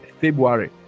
February